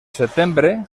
setembre